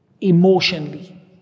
emotionally